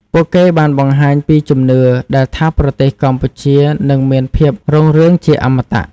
ពួកគេបានបង្ហាញពីជំនឿដែលថាប្រទេសកម្ពុជានឹងមានភាពរុងរឿងជាអមតៈ។